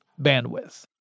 bandwidth